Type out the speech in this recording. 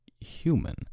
human